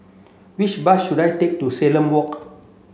which bus should I take to Salam Walk